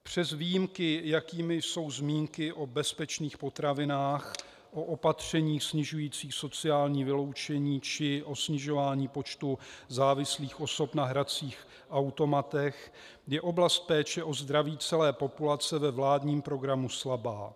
Přes výjimky, jakými jsou zmínky o bezpečných potravinách, o opatřeních snižujících sociální vyloučení či o snižování počtu osob závislých na hracích automatech, je oblast péče o zdraví celé populace ve vládním programu slabá.